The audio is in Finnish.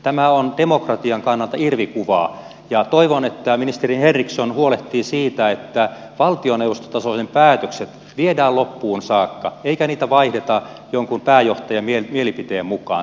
tämä on demokratian kannalta irvikuva ja toivon että ministeri henriksson huolehtii siitä että valtioneuvostotasoiset päätökset viedään loppuun saakka eikä niitä vaihdeta jonkun pääjohtajan mielipiteen mukaan